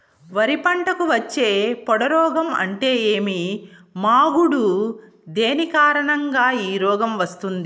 వరి పంటకు వచ్చే పొడ రోగం అంటే ఏమి? మాగుడు దేని కారణంగా ఈ రోగం వస్తుంది?